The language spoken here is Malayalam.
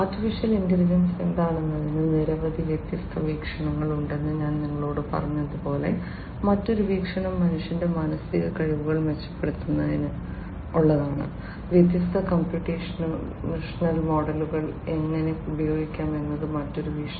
AI എന്താണെന്നതിന് നിരവധി വ്യത്യസ്ത വീക്ഷണങ്ങൾ ഉണ്ടെന്ന് ഞാൻ നിങ്ങളോട് പറഞ്ഞതുപോലെ മറ്റൊരു വീക്ഷണം മനുഷ്യന്റെ മാനസിക കഴിവുകൾ മെച്ചപ്പെടുത്തുന്നതിന് വ്യത്യസ്ത കമ്പ്യൂട്ടേഷണൽ മോഡലുകൾ എങ്ങനെ ഉപയോഗിക്കാം എന്നതാണ് മറ്റൊരു വീക്ഷണം